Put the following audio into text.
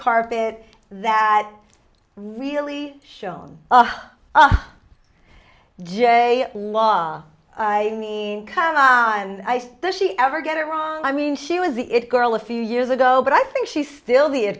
carpet that really shown j la i mean come on i think she ever get it wrong i mean she was the it girl a few years ago but i think she's still